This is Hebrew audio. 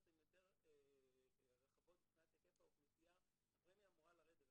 הן יותר רחבות מבחינת היקף האוכלוסייה הפרמיה אמורה לרדת.